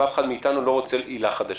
ואף אחד מאתנו לא רוצה עילה חדשה.